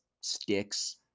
sticks